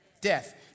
Death